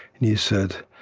and he said,